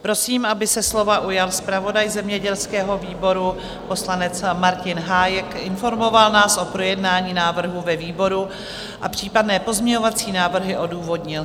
Prosím, aby se slova ujal zpravodaj zemědělského výboru poslanec Martin Hájek, informoval nás o projednání návrhu ve výboru a případné pozměňovací návrhy odůvodnil.